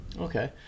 Okay